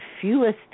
fewest